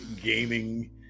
gaming